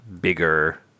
bigger